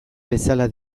bezala